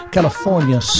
California